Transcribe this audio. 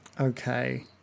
Okay